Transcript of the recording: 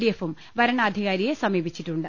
ഡിഎഫും വരണാധികാരിയെ സമീപിച്ചിട്ടുണ്ട്